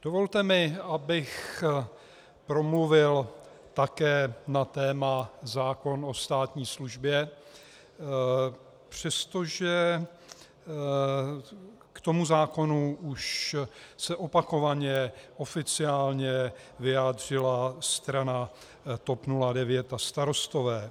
Dovolte mi, abych promluvil také na téma zákon o státní službě, přestože k tomu zákonu už se opakovaně oficiálně vyjádřila strana TOP 09 a Starostové.